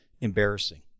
embarrassing